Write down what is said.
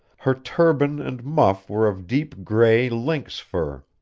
her turban and muff were of deep gray lynx fur.